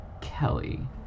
Kelly